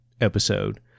episode